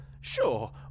Sure